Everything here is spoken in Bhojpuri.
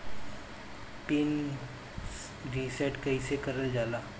पीन रीसेट कईसे करल जाला?